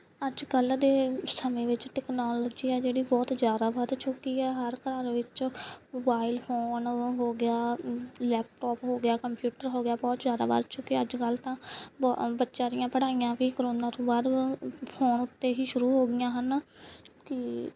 ਅੱਜ ਕੱਲ੍ਹ ਦੇ ਸਮੇਂ ਵਿੱਚ ਟੈਕਨੋਲਜੀ ਆ ਜਿਹੜੀ ਬਹੁਤ ਜ਼ਿਆਦਾ ਵੱਧ ਚੁੱਕੀ ਆ ਹਰ ਘਰ ਵਿੱਚ ਮੋਬਾਇਲ ਫੋਨ ਹੋ ਗਿਆ ਲੈਪਟੋਪ ਹੋ ਗਿਆ ਕੰਪਿਊਟਰ ਹੋ ਗਿਆ ਬਹੁਤ ਜ਼ਿਆਦਾ ਵੱਧ ਚੁੱਕਿਆ ਅੱਜ ਕੱਲ੍ਹ ਤਾਂ ਬ ਬੱਚਿਆਂ ਦੀਆਂ ਪੜ੍ਹਾਈਆਂ ਵੀ ਕਰੋਨਾ ਤੋਂ ਬਾਅਦ ਫੋਨ ਉੱਤੇ ਹੀ ਸ਼ੁਰੂ ਹੋ ਗਈਆਂ ਹਨ ਕਿ